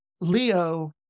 Leo